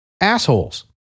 Assholes